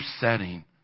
setting